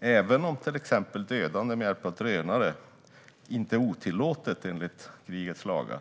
Även om till exempel dödande med hjälp av drönare inte är otillåtet enligt krigets lagar